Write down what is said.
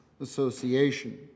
association